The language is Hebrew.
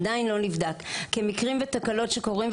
עדיין לא נבדק כמקרים ותקלות שקורים,